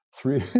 Three